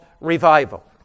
revival